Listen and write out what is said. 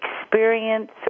experience